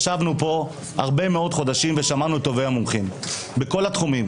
ישבנו פה הרבה מאוד חודשים ושמענו את טובי המומחים בכל התחומים,